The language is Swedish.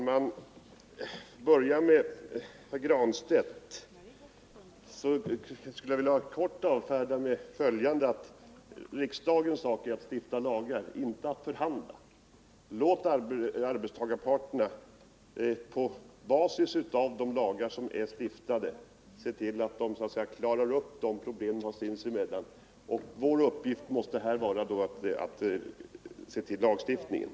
Herr talman! Jag vill börja med att bemöta herr Granstedt och bara helt kort säga att riksdagens sak är att stifta lagar, inte att förhandla. Låt arbetsmarknadens parter på basis av de lagar som stiftats se till att de klarar upp problemen sinsemellan. Vår uppgift måste vara att se till 91 lagstiftningen.